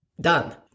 done